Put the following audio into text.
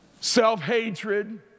self-hatred